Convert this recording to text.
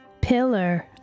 Pillar